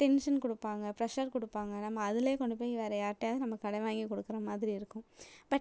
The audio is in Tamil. டென்ஷன் கொடுப்பாங்க ப்ரஷ்ஷர் கொடுப்பாங்க நம்ம அதிலயே கொண்டு போய் வேற யார்கிடையாவது நம்ம கடன் வாங்கி கொடுக்குற மாதிரி இருக்கும் பட்